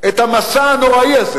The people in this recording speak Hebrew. את המסע הנוראי הזה